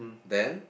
then